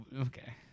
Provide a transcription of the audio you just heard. okay